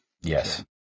yes